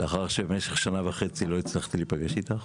לאחר שבמשך שנה וחצי לא הצלחתי להיפגש איתך.